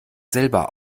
selber